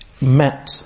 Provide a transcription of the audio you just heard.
met